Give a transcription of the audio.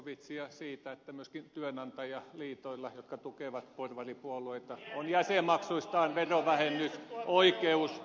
zyskowiczia siitä että myöskin työnantajaliitoilla jotka tukevat porvaripuolueita on jäsenmaksuistaan verovähennysoikeus